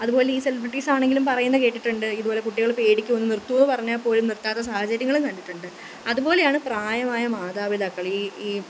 അതുപോലെ ഈ സെലിബ്രിട്ടീസാണെങ്കിലും പറയുന്നതു കേട്ടിട്ടുണ്ട് ഇതുപോലെ കുട്ടികൾ പേടിക്കും ഒന്ന് നിർത്തുമോ പറഞ്ഞാൽപ്പോലും നിർത്താത്ത സാഹചര്യങ്ങളും കണ്ടിട്ടുണ്ട് അതുപോലെയാണ് പ്രായമായ മാതാപിതാക്കൾ ഈ ഈ